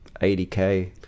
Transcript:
80k